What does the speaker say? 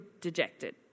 dejected